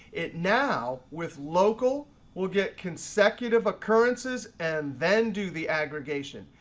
it now with local will get consecutive occurrences and then do the aggregation.